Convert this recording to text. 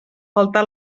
faltar